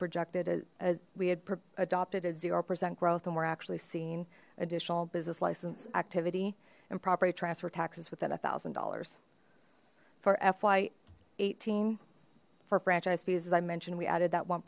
projected we had adopted a zero percent growth and we're actually seeing additional business license activity and property transfer taxes within one thousand dollars for fy eighteen for franchise fees as i mentioned we added that one